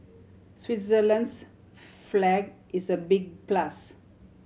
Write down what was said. Switzerland's flag is a big plus